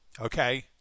Okay